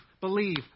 believe